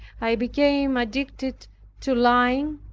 i became addicted to lying,